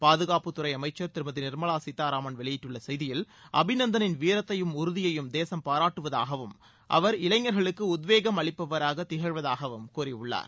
பாதுகாப்புத்துறை அமைச்சர் திருமதி நிர்மலா சீதாராமன் வெளியிட்டுள்ள செய்தியில் அபிநந்தனின் வீரத்தையும் உறுதியையும் தேசம் பாராட்டுவதாகவும் அவர் இளைஞர்களுக்கு உத்வேகம் அளிப்பவராக திகழ்வதாகவும் கூறியுள்ளார்